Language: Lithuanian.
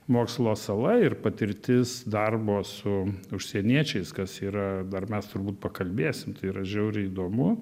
mokslo sala ir patirtis darbo su užsieniečiais kas yra dar mes turbūt pakalbėsim tai yra žiauriai įdomu